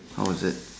how was it